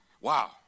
Wow